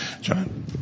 John